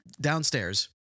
downstairs